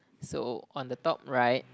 so on the top right